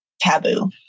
taboo